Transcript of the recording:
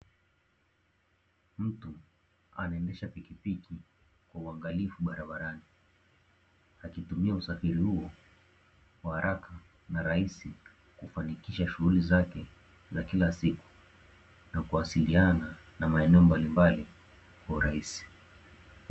Mtu anaendesha pikipiki kwa uangalifu barabarani, akitumia usafiri huo wa haraka na rahisi kufanikisha shughuli zake za kila siku na kuwasiliana na maeneo mbalimbali kwa urahisi.